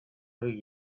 every